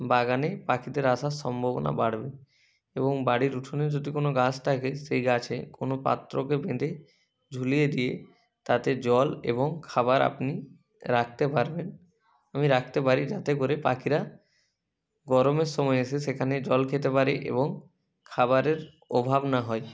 বাগানে পাখিদের আসার সম্ভাবনা বাড়বে এবং বাড়ির উঠোনে যদি কোনও গাছ থাকে সেই গাছে কোনোও পাত্রকে বেঁধে ঝুলিয়ে দিয়ে তাতে জল এবং খাবার আপনি রাখতে পারবেন আমি রাখতে পারি যাতে করে পাখিরা গরমের সময়ে এসে সেখানে জল খেতে পারে এবং খাবারের অভাব না হয়